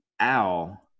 Al